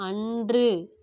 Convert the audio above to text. அன்று